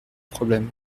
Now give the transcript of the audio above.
problèmes